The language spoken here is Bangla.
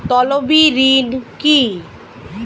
তলবি ঋণ কি?